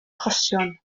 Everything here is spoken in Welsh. achosion